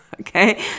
Okay